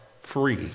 free